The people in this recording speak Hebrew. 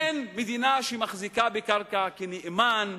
לבין מדינה שמחזיקה בקרקע כנאמן,